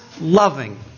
loving